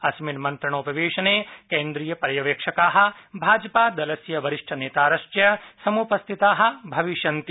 अस्मिन् मंत्रोपवेशने केंद्रीयपर्यवेक्षकाः भाजपादलस्य वरिष्ठनेतारश्व सम्पस्थिताः भविष्यन्ति